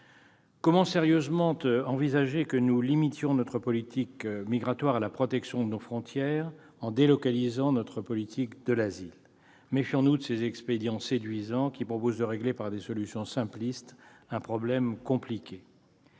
Comment envisager sérieusement que nous limitions notre politique migratoire à la protection de nos frontières, en délocalisant notre politique de l'asile ? Méfions-nous de ces expédients séduisants : on ne saurait régler par des solutions simplistes un problème compliqué.